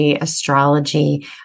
astrology